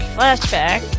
flashback